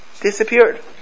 Disappeared